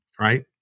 right